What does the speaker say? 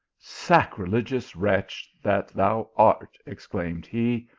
sacrilegious wretch that thou art, exclaimed he,